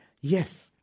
yes